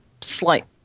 slight